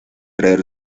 tres